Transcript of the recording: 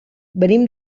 venim